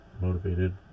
motivated